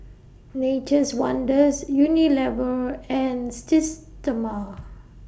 Nature's Wonders Unilever and Systema